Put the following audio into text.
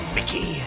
Mickey